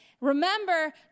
Remember